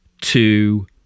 two